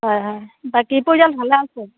হয় হয় বাকী পৰিয়াল ভালে আছে